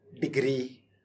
degree